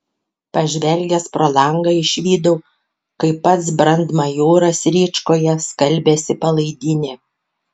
pažvelgęs pro langą išvydau kaip pats brandmajoras rėčkoje skalbiasi palaidinę